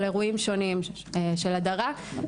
על אירועים שונים של הדרה.